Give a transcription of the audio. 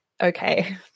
okay